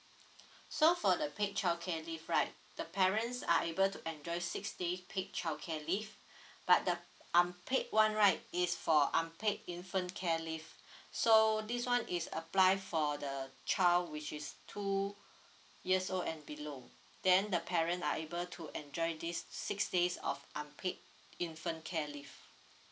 so for the paid childcare leave right the parents are able to enjoy six days paid childcare leave but the unpaid one right is for unpaid infant care leave so this one is apply for the child which is two years old and below then the parent are able to enjoy this six days of unpaid infant care leave